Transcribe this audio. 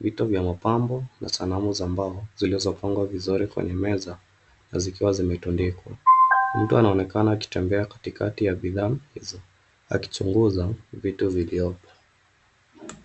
vitu vya mapambo na sanamu za mbao zilizopangwa vizuri kwenye meza na zikiwa zimetundikwa. Mtu anaonekana akitembea katikati ya bidhaa hizo akichunguza vitu vilivyopo.